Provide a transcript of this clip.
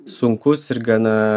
sunkus ir gana